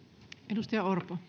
arvoisa